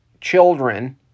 children